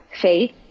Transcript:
faith